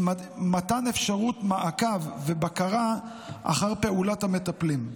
עם מתן אפשרות מעקב ובקרה אחר פעולת המטפלים.